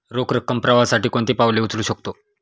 रोख रकम प्रवाहासाठी कोणती पावले उचलू शकतो?